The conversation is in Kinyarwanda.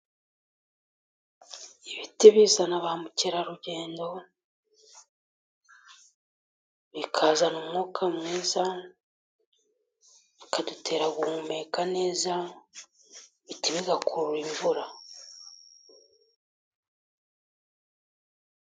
Ibiti bizana ba mukerarugendo, bikazana umwuka mwiza, bikadutera guhumeka neza. Ibiti bigakurura imvura.